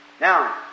Now